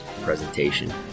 presentation